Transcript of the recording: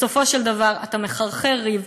בסופו של דבר אתה מחרחר ריב,